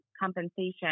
compensation